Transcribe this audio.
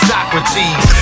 Socrates